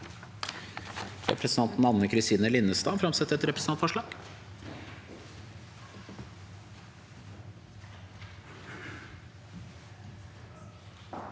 Representanten Anne Kris- tine Linnestad vil framsette et representantforslag.